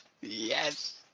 Yes